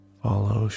follow